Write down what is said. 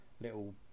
little